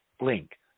link